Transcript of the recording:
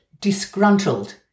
disgruntled